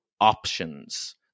options